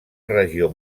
regió